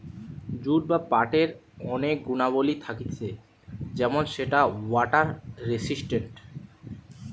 jute বা পাটের অনেক গুণাবলী থাকতিছে যেমন সেটা ওয়াটার রেসিস্টেন্ট